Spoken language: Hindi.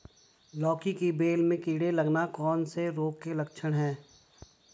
लौकी की बेल में कीड़े लगना कौन से रोग के लक्षण हैं?